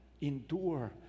endure